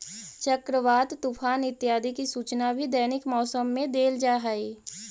चक्रवात, तूफान इत्यादि की सूचना भी दैनिक मौसम में देल जा हई